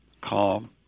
calm